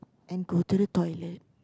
and go to the toilet